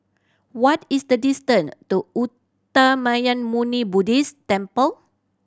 what is the distance to Uttamayanmuni Buddhist Temple